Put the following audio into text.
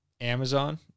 Amazon